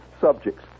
subjects